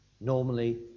Normally